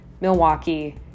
Milwaukee